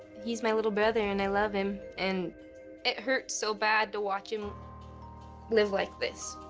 he's my little brother, and i love him, and it hurts so bad to watch him live like this.